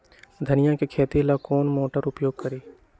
धनिया के खेती ला कौन मोटर उपयोग करी?